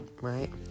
right